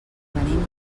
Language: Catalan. venim